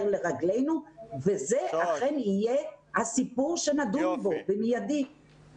לרגלנו וזה אכן יהיה הסיפור שנדון בו במיידי.